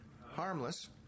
harmless